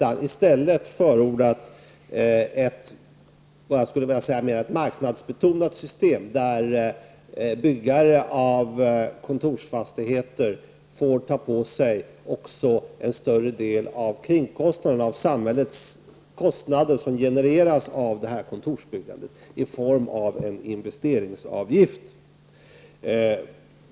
I stället har vi förordat vad jag skulle vilja kalla ett mera marknadsbetonat system, där byggare av kontorsfastigheter i form av en investeringsavgift får ta på sig också en större del av samhällskostnader som genereras av kontorsbyggandet.